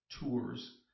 tours